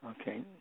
Okay